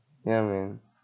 ya man